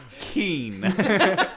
Keen